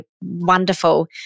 wonderful